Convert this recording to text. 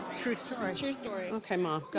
true story. true story. okay ma, go